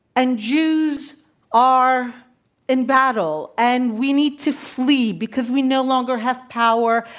and jews are in battle, and we need to flee because we no longer have power,